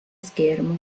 schermo